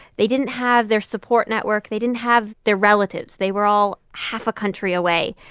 they didn't have their support network. they didn't have their relatives. they were all half a country away.